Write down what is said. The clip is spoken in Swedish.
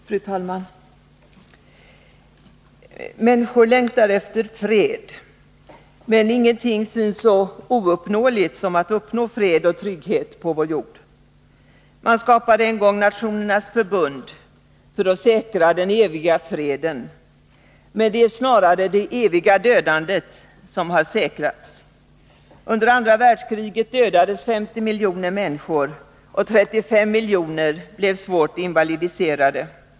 Fru talman! Människor längtar efter fred. Men ingenting synes så ouppnåeligt som fred och trygghet på vår jord. Man skapade en gång Nationernas förbund för att säkra den eviga freden. Men det är snarare det eviga dödandet som har säkrats. Under andra världskriget dödades 50 miljoner människor och 35 miljoner blev invalidiserade.